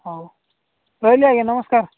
ହଉ ରହିଲି ଆଜ୍ଞା ନମସ୍କାର